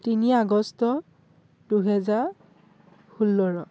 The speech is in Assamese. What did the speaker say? তিনি আগষ্ট দুহেজাৰ ষোল্ল